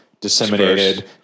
disseminated